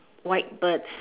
white birds